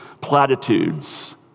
platitudes